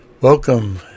welcome